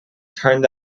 turned